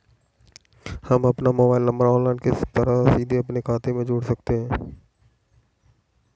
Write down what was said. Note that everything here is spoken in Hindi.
हम अपना मोबाइल नंबर ऑनलाइन किस तरह सीधे अपने खाते में जोड़ सकते हैं?